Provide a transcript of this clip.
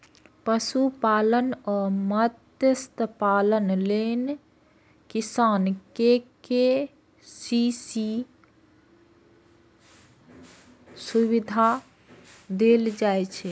पशुपालन आ मत्स्यपालन लेल किसान कें के.सी.सी सुविधा देल जाइ छै